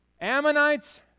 Ammonites